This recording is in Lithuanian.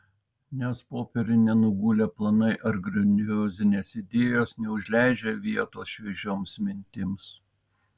nes popieriun nenugulę planai ar grandiozinės idėjos neužleidžia vietos šviežioms mintims